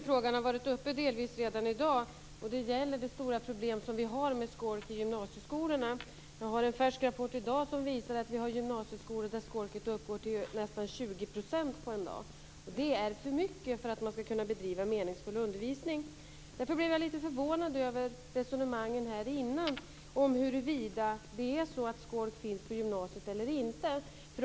Fru talman! Frågan har delvis redan varit uppe i dag. Det gäller det stora problem vi har med skolk i gymnasieskolorna. Jag har en färsk rapport i dag som visar att vi har gymnasieskolor där skolket uppgår till nästan 20 % på en dag. Det är för mycket för att man skall kunna bedriva en meningsfull undervisning. Därför blev jag litet förvånad över resonemangen här innan om huruvida det är så att skolk finns på gymnasiet eller inte.